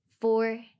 four